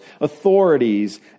authorities